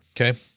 Okay